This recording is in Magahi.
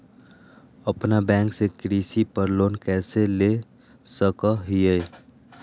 अपना बैंक से कृषि पर लोन कैसे ले सकअ हियई?